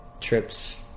trips